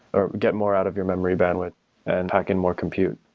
or get more out of your memory bandwidth and hack in more compute.